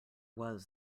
was